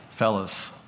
Fellas